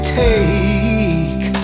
take